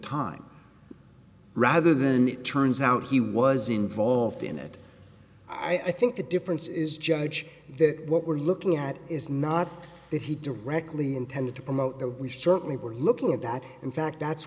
time rather than it turns out he was involved in it i think the difference is judge that what we're looking at is not that he directly intended to promote that we certainly were looking at that in fact that's